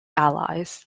allies